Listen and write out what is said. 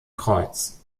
kreuz